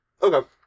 Okay